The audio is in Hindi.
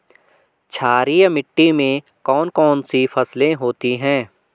क्षारीय मिट्टी में कौन कौन सी फसलें होती हैं?